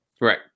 Right